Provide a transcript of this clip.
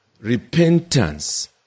repentance